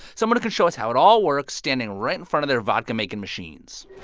someone who can show us how it all works, standing right in front of their vodka-making machines